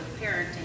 parenting